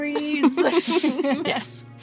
Yes